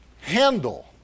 handle